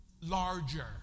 larger